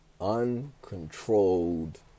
uncontrolled